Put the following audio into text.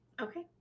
okay